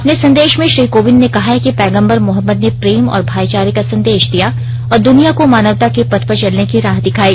अपने संदेश में श्री कोविंद ने कहा है कि पैगम्बर मोहम्मद ने प्रेम और भाईचारे का संदेश दिया और दुनिया को मानवता के पथ पर चलने की राह दिखाई